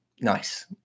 nice